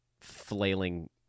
flailing